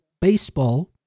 Baseball